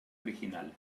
original